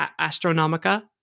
Astronomica